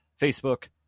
Facebook